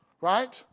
right